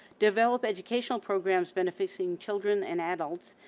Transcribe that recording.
develop educational programs benefiting children and adults,